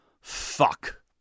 Fuck